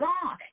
God